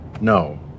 No